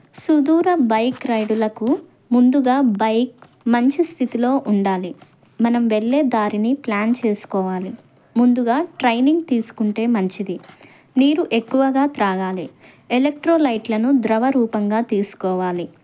సుదూర బైక్ రైడులకు ముందుగా బైక్ మంచి స్థితిలో ఉండాలి మనం వెళ్ళే దారిని ప్లాన్ చేసుకోవాలి ముందుగా ట్రైనింగ్ తీసుకుంటే మంచిది నీరు ఎక్కువగా త్రాగాలి ఎలక్ట్రోలైట్లను ద్రవరూపంగా తీసుకోవాలి